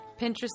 Pinterest